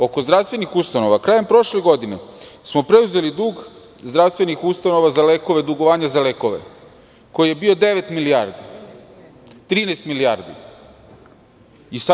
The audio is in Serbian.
Oko zdravstvenih ustanova - krajem prošle godine smo preuzeli dug zdravstvenih ustanova za lekove, za dugovanje za lekove koji je bio devet milijardi, 13 milijardi.